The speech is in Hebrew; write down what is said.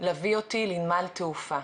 לווי אותי לנמל תעופה.